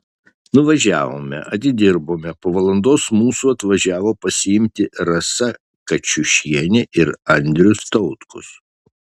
nuvažiavome atidirbome po valandos mūsų atvažiavo pasiimti rasa kačiušienė ir andrius tautkus